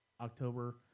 october